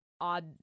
odd